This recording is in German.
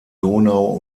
donau